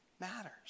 matters